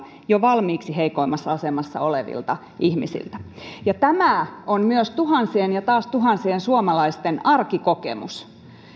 jo valmiiksi kaikkein heikoimmassa asemassa olevilta ihmisiltä tämä on myös tuhansien ja taas tuhansien suomalaisten arkikokemus